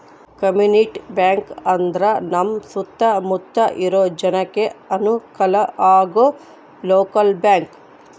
community bank ಅಂದ್ರ ನಮ್ ಸುತ್ತ ಮುತ್ತ ಇರೋ ಜನಕ್ಕೆ ಅನುಕಲ ಆಗೋ ಲೋಕಲ್ ಬ್ಯಾಂಕ್